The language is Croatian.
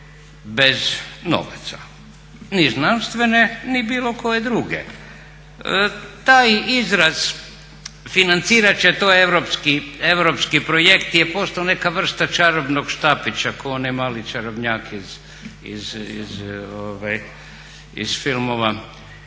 bez novaca. Ni znanstvene ni bilo koje druge. Taj izraz financirat će to europski projekti je postao neka vrsta čarobnog štapića kao onaj mali čarobnjak iz filmova.